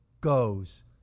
goes